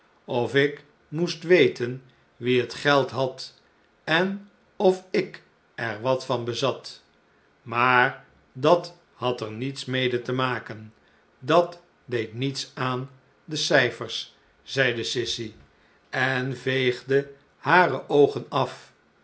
of ik moest weten wie het geld had en of i k er wat van bezat maar dat had er niets mede te maken dat deed niets aan de cijfers zeide sissy en veegde hare oogen af